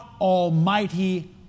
Almighty